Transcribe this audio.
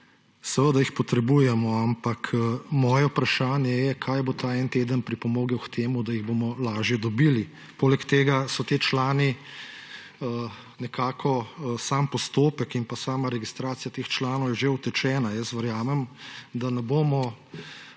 Seveda jih potrebujemo, ampak moje vprašanje je, kaj bo ta en teden pripomogel k temu, da jih bom lažje dobili. Poleg tega je nekako sam postopek in pa sama registracija teh članov že utečena, verjamem, da ne bomo